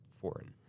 foreign